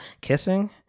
kissing